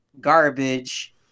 garbage